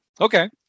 Okay